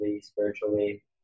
spiritually